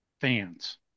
fans